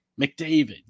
McDavid